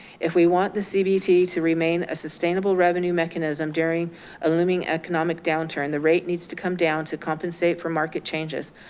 if we want the cbt to remain a sustainable revenue mechanism during a looming economic downturn, the rate needs to come down to compensate for market changes.